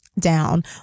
down